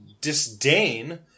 disdain